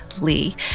Lee